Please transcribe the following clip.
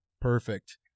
Perfect